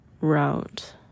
route